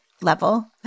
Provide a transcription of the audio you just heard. level